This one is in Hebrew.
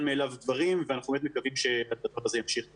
מאליו דברים ואנחנו מקווים שהדבר זה ימשיך בעתיד.